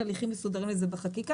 יש הליכים מסודרים לזה בחקיקה.